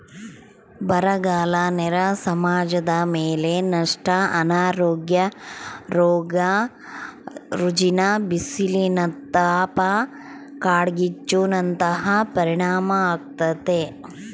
ಬರಗಾಲ ನೇರ ಸಮಾಜದಮೇಲೆ ನಷ್ಟ ಅನಾರೋಗ್ಯ ರೋಗ ರುಜಿನ ಬಿಸಿಲಿನತಾಪ ಕಾಡ್ಗಿಚ್ಚು ನಂತಹ ಪರಿಣಾಮಾಗ್ತತೆ